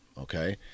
okay